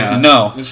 no